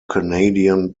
canadian